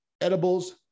edibles